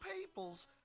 peoples